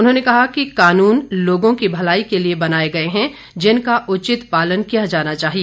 उन्होंने कहा कि कानून लोगों की भलाई के लिए बनाए गए हैं जिनका उचित पालन किया जाना चाहिए